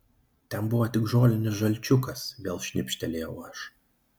ten buvo tik žolinis žalčiukas vėl šnibžtelėjau aš